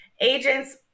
Agents